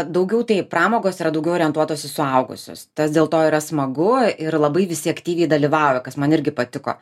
daugiau tai pramogos yra daugiau orientuotos į suaugusius tas dėlto yra smagu ir labai visi aktyviai dalyvauja kas man irgi patiko